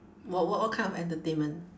what what what kind of entertainment